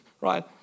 right